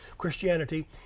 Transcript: Christianity